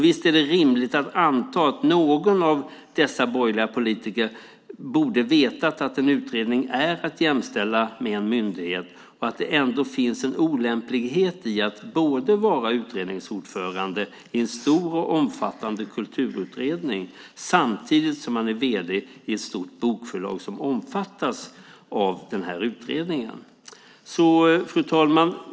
Visst är det rimligt att anta att någon av dessa borgerliga politiker borde ha vetat att en utredning är att jämställa med en myndighet och att det ändå finns en olämplighet i att både vara utredningsordförande i en stor och omfattande kulturutredning samtidigt som man är vd i ett stort bokförlag som omfattas av utredningen. Fru talman!